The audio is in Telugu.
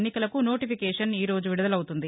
ఎన్నికలకు నోటీఫికేషన్ ఈరోజు విదుదలవుతుంది